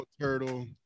turtle